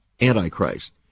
Antichrist